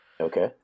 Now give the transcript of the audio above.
Okay